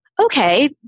okay